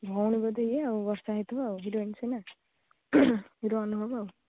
ଭଉଣୀ ବୋଧେ ଇଏ ଆଉ ବର୍ଷା ହେଇଥିବ ଆଉ ହିରୋଇନ୍ ସିନା ହିରୋ ଅନୁଭବ ଆଉ